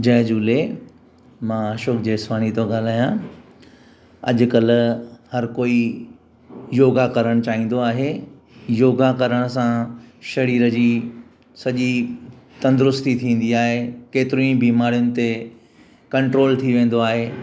जय झूले मां अशोक जेसवानी तो ॻाल्हायां अॼु कल्ह हर कोई योगा करणु चाहींदो आहे योगा करण सां शरीर जी सॼी तंदुरुस्ती थींदी आहे केतिरी बीमारिन ते कंट्रोल थी वेंदो आहे